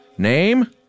name